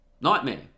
Nightmare